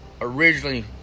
originally